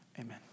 Amen